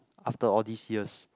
after all these years